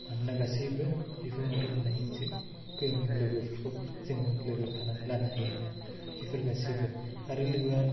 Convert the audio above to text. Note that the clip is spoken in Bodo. मोनोना गासैबो बेफोर मदद होन्नायजोंसो जोंनि लोगोफोरखौ जोङो लोगो खानानै लोनो हायो बेफोर गासिबो आरो लोगोआ